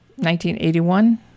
1981